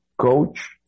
coach